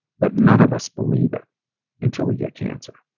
but none of us believe it until we get cancer.